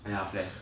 ya flash